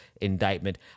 indictment